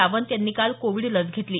सावंत यांनी काल कोविड लस घेतली